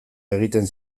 egiten